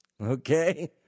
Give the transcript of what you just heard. Okay